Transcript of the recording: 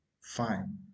fine